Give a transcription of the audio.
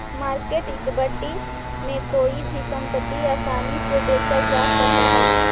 market equity में कोई भी संपत्ति आसानी से बेचल जा सकऽ हई